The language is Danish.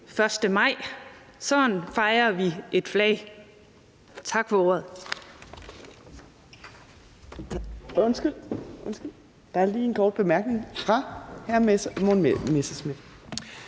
1. maj. Sådan fejrer vi et flag. Tak for ordet.